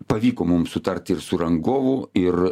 pavyko mum sutart ir su rangovu ir